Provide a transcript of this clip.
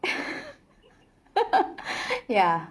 hehe ya